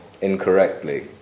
incorrectly